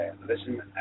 listen